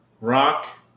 Rock